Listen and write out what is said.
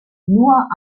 nur